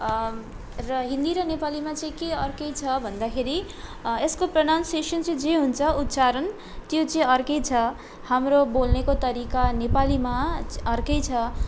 र हिन्दी र नेपालीमा के अर्कै छ भन्दाखेरि यसको प्रनाउनसिएसन चाहिँ जे हुन्छ उच्चारण त्यो चाहिँ अर्कै छ हाम्रो बोल्नेको तरिका नेपालीमा अर्कै छ